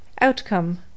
Outcome